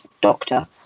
doctor